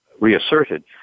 reasserted